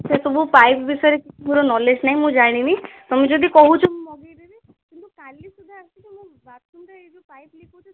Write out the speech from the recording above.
ସେ ସବୁ ପାଇପ୍ ବିଷୟରେ କିଛି ମୋର ନଲେଜ୍ ନାହିଁ ମୁଁ ଜାଣିନି ତୁମେ ଯଦି କହୁଛ ମୁଁ ମଗାଇଦେବି କିନ୍ତୁ କାଲି ସୁଦ୍ଧା ଆସିକି ମୋ ବାଥରୁମ୍ରେ ଏଇ ଯେଉଁ ପାଇପ୍ ଲିକ୍ ସେଇଟା ସଜାଡ଼ି ଯାଅ